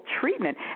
treatment